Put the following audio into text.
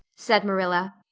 said marilla.